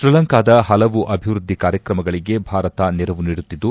ಶ್ರೀಲಂಕಾದ ಹಲವು ಅಭಿವೃದ್ಧಿ ಕಾರ್ಯಕ್ರಮಗಳಿಗೆ ಭಾರತ ನೆರವು ನೀಡುತ್ತಿದ್ದು